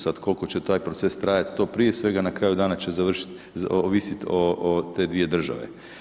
Sad koliko će taj proces trajati to prije svega na kraju dana će završit, ovisit o te dvije države.